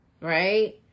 right